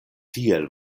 tiel